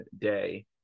day